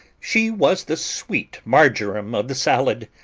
she was the sweet-marjoram of the sallet,